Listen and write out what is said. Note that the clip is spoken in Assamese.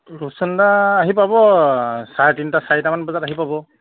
ৰূপচন্দা আহি পাব চাৰে তিনটা চাৰিটামান বজাত আহি পাব